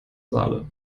saale